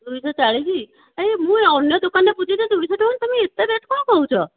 ଦୁଇ ଶହ ଚାଳିଶ ଆରେ ମୁଁ ଏ ଅନ୍ୟ ଦୋକାନରେ ବୁଝୁଛି ଦୁଇ ଶହ ଟଙ୍କା ତୁମେ ଏତେ ରେଟ୍ କ'ଣ କହୁଛ